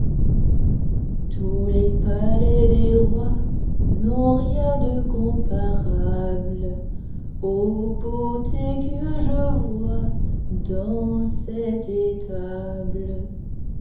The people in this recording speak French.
tous les palais des rois n'ont rien de comparable aux beautés que je vois dans cette